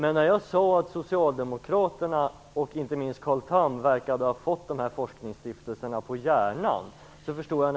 Jag sade ju i mitt anförande att Socialdemokraterna och inte minst Carl Tham verkade ha fått forskningsstiftelserna på hjärnan.